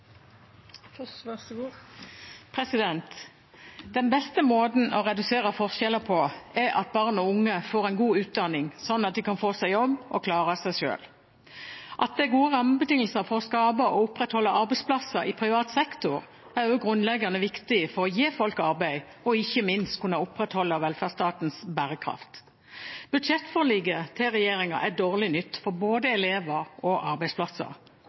regjeringspartiene. Så det er fint om statsråden kan oppklare at det faktisk er regjeringas politikk. Den beste måten å redusere forskjeller på er at barn og unge får en god utdanning, slik at de kan få seg jobb og klare seg selv. At det er gode rammebetingelser for å skape og opprettholde arbeidsplasser i privat sektor, er også grunnleggende viktig for å gi folk arbeid og ikke minst for å kunne opprettholde velferdsstatens bærekraft. Budsjettforliket til regjeringen er dårlig nytt for både